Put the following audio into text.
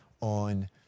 on